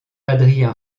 adrien